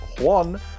Juan